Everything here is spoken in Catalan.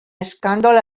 escàndol